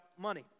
money